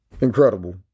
incredible